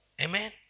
Amen